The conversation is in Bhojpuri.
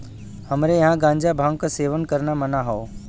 हमरे यहां गांजा भांग क सेवन करना मना हौ